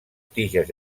tiges